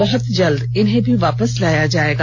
बहुत जल्द इन्हें भी वापस लाया जाएगा